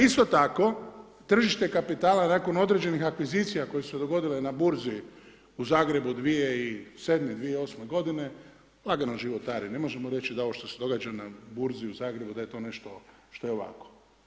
Isto tako, tržište kapitala, nakon određenih akvizicija, koje su se dogodile na burzi u Zagrebu 2007., 2008. g. lagano životari, ne možemo reći da ovo što se događa na burzi u Zagrebu, da je to nešto što je lako.